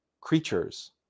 creatures